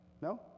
No